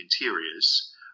Interiors